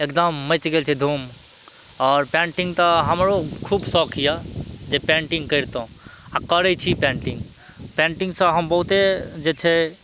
एकदम मचि गेल छै धूम आओर पेन्टिंग तऽ हमरो खूब शौक यऽ जे पेन्टिंग कैरितहुॅं आ करै छी पेन्टिंग पेन्टिंगसँ हम बहुते जे छै